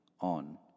on